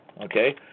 okay